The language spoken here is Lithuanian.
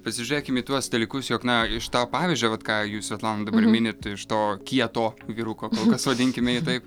pasižiūrėkim į tuos dalykus jog na iš to pavyzdžio vat ką jūs svetlana dabar minit iš to kieto vyruko kol kas vadinkime jį taip